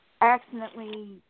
accidentally